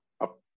up